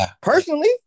Personally